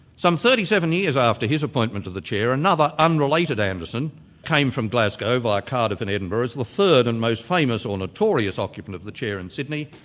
some thirty seven years after his appointment to the chair, another unrelated anderson came from glasgow via cardiff and edinburgh as the third and most famous or notorious occupant of the chair in sydney,